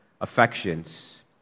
affections